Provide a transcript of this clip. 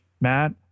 Matt